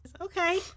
Okay